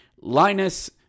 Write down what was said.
Linus